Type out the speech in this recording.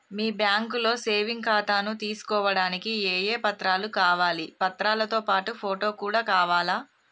మీ బ్యాంకులో సేవింగ్ ఖాతాను తీసుకోవడానికి ఏ ఏ పత్రాలు కావాలి పత్రాలతో పాటు ఫోటో కూడా కావాలా?